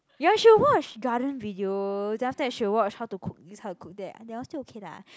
ya she will watch garden video then after that she will watch how to cook this how to cook that that one still okay lah